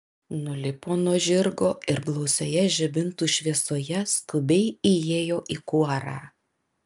nulipo nuo žirgo ir blausioje žibintų šviesoje skubiai įėjo į kuorą